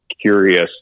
curious